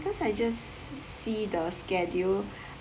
because I just see the schedule